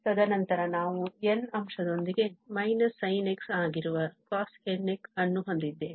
ತದನಂತರ ನಾವು n ಅಂಶದೊಂದಿಗೆ −sin nx ಆಗಿರುವ cosnx ಅನ್ನು ಹೊಂದಿದ್ದೇವೆ